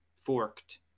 forked